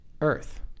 Earth